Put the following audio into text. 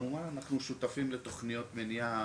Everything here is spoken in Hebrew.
אנחנו שותפים גם לתוכניות מניעה,